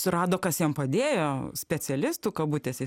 surado kas jam padėjo specialistų kabutėse